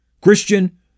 Christian